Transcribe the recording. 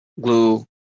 glue